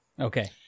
Okay